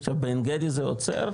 עכשיו בעין גדי זה עוצר,